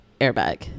airbag